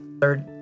third